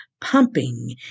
pumping